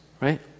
right